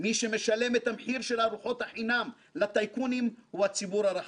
מי שמשלם את המחיר של ארוחות החינם לטייקונים הוא הציבור הרחב.